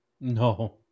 No